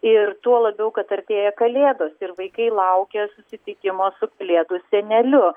ir tuo labiau kad artėja kalėdos ir vaikai laukia susitikimo su kalėdų seneliu